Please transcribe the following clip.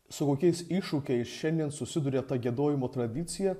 su kokiais iššūkiais šiandien susiduria ta giedojimo tradicija